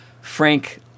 Frank